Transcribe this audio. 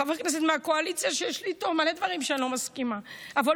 חבר כנסת מהקואליציה שעל מלא דברים שאני לא מסכימה איתו,